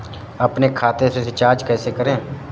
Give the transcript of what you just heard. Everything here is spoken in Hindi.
अपने खाते से रिचार्ज कैसे करें?